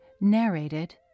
Narrated